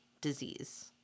disease